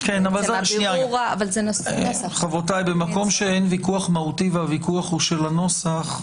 1. במקום שאין ויכוח מהותי והוויכוח הוא של הנוסח,